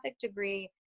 degree